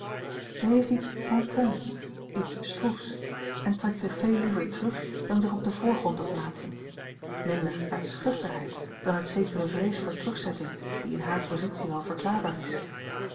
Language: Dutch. zij heeft iets hautains iets stroefs en trekt zich veel liever terug dan zich op den voorgrond te plaatsen minder uit schuchterheid dan uit zekere vrees voor terugzetting die in hare positie wel verklaarbaar is